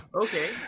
Okay